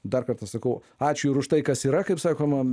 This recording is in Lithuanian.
dar kartą sakau ačiū ir už tai kas yra kaip sakoma